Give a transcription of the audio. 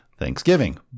Thanksgiving